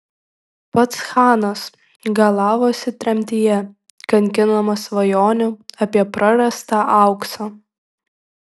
pats chanas galavosi tremtyje kankinamas svajonių apie prarastą auksą